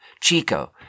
Chico